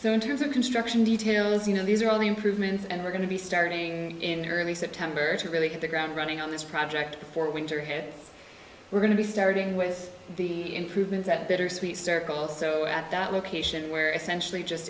so in terms of construction details you know these are all the improvements and we're going to be starting in her early september to really hit the ground running on this project before winter here we're going to be starting with the improvements at bittersweet circle so at that location where essentially just